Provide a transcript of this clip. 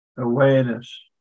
awareness